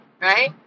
right